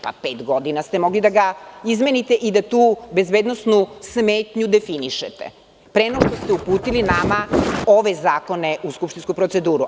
Pa, pet godina ste mogli da ga izmenite i da tu bezbednosnu smetnju definišete pre no što ste uputili nama ove zakone u skupštinsku proceduru.